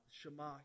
Shema